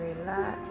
relax